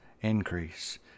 increase